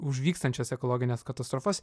už vykstančias ekologines katastrofas